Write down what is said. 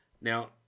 Now